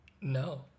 No